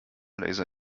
laser